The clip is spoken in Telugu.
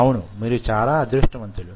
అవును మీరు చాలా అదృష్టవంతులు